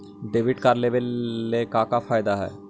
Debit card लेवे से का का फायदा है?